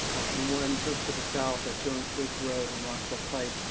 and one just to the south at jones bridge road and rockville pike.